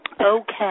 Okay